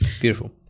Beautiful